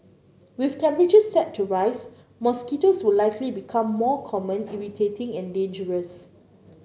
with temperatures set to rise mosquitoes will likely become more common irritating and dangerous